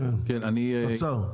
קצר.